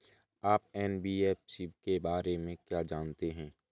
आप एन.बी.एफ.सी के बारे में क्या जानते हैं?